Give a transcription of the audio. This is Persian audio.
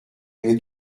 اگه